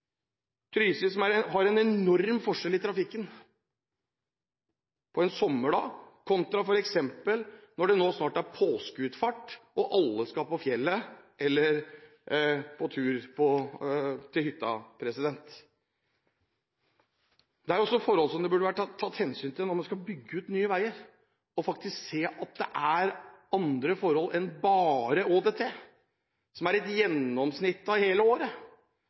har en enorm forskjell i trafikken fra en sommerdag kontra når det nå snart er påskeutflukt, og alle skal på fjellet eller er på tur til hytta. Dette er også forhold det burde vært tatt hensyn til når man skal bygge ut nye veier, faktisk å se at det er andre forhold enn bare ÅDT, som er et gjennomsnitt av hele året.